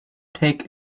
take